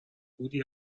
بودی